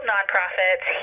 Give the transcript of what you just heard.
nonprofits